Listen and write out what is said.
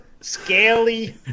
Scaly